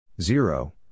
zero